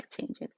changes